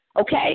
okay